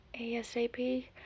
ASAP